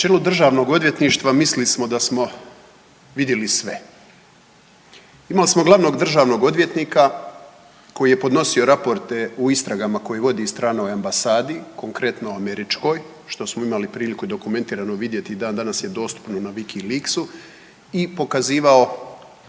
Na čelu državnog odvjetništva mislili smo da smo vidjeli sve. Imali smo glavnog državnog odvjetnika koji je podnosio raporte u istragama koje vodi u stranoj ambasadi, konkretno američkoj što smo imali priliku i dokumentirano vidjeti i dan danas je dostupno Wikiliksu i pokazivao